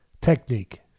Technique